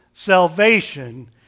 Salvation